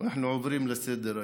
ואנחנו עוברים לסדר-היום.